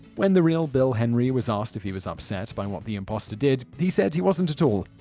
when the real bill henry was asked if he was upset by what the impostor did, he said he wasn't at all.